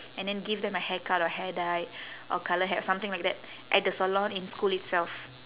and then give them a haircut or hair dye or colour hair something like that at the salon in school itself